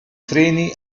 freni